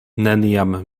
neniam